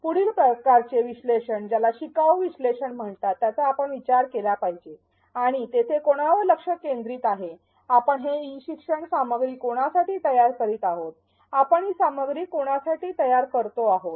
पुढील प्रकारचे विश्लेषण ज्याचा शिकाऊ विश्लेषण म्हणतात त्याचा आपण विचार केला पाहिजे आणि तेथे कोणावर लक्ष केंद्रित आहे आपण हे ई शिक्षण सामग्री कोणासाठी तयार करीत आहोत आपण ही सामग्री कोणासाठी तयार करीत आहोत